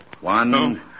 One